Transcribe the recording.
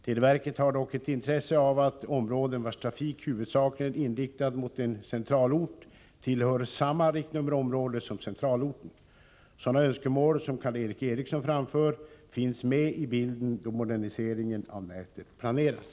Televerket har dock ett intresse av att områden vars trafik huvudsakligen är inriktad mot en centralort tillhör samma riktnummerområde som centralorten. Sådana önskemål som Karl Erik Eriksson framför finns med i bilden då moderniseringen av nätet planeras.